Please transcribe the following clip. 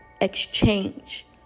exchange